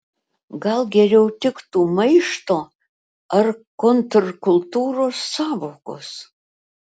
gal geriau tiktų maišto ar kontrkultūros sąvokos